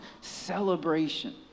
celebration